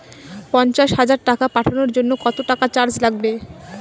পণ্চাশ হাজার টাকা পাঠানোর জন্য কত টাকা চার্জ লাগবে?